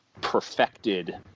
perfected